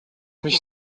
mich